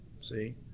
See